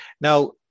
Now